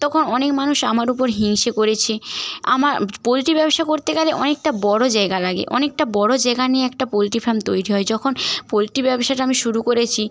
তখন অনেক মানুষ আমার ওপর হিংসে করেছে আমার পোলট্রি ব্যবসা করতে গেলে অনেকটা বড়ো জায়গা লাগে অনেকটা বড়ো যেখানে একটা পোলট্রি ফার্ম তৈরি হয় যখন পোলট্রি ব্যবসাটা আমি শুরু করেছি